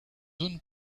zone